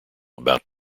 about